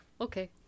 Okay